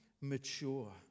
mature